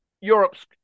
Europe's